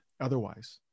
otherwise